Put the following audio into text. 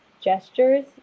gestures